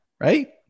right